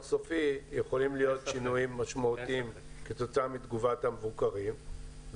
סופי יכולים להיות שינויים משמעותיים כתוצאה מתגובת המבוקרים.